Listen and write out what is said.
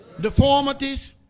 Deformities